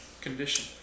condition